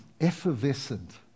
effervescent